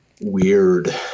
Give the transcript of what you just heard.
weird